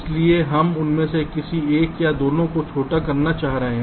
इसलिए हम उनमें से किसी एक या दोनों को छोटा करना चाह सकते हैं